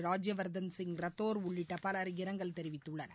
ராஜ்யவர்தன் சிங் ரத்தோர் உள்ளிட்ட பலர் இரங்கல் தெரிவித்துள்ளனர்